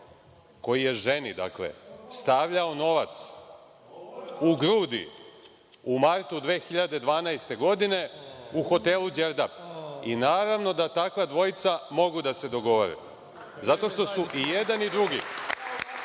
koji je ženi stavljao novac u grudi, u martu 2012. godine u hotelu „Đerdap“. Naravno, da takva dvojica mogu da se dogovore zato što su i jedan i drugi